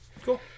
cool